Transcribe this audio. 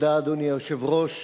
אדוני היושב-ראש,